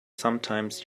sometimes